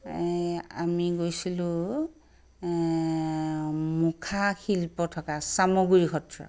এই আমি গৈছিলোঁ মুখা শিল্প থকা চামগুৰি সত্ৰ